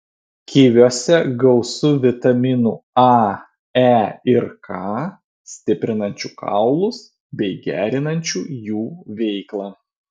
kiviuose gausu vitaminų a e ir k stiprinančių kaulus bei gerinančių jų veiklą